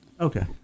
Okay